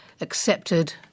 accepted